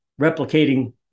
replicating